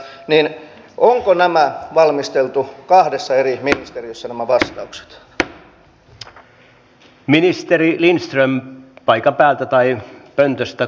nyt me tiedämme jo että edes eläkepoistuma ei tule hoitumaan tällä nykyisellä koulutettavien määrällä